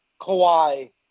Kawhi